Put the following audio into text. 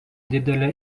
didelę